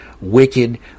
wicked